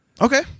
Okay